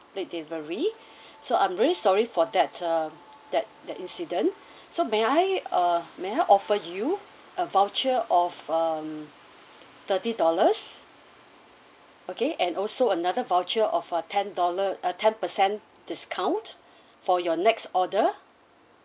late delivery so I'm really sorry for that um that that incident so may I uh may I offer you a voucher of um thirty dollars okay and also another voucher of a ten dollar uh ten percent discount for your next order